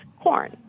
corn